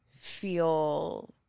feel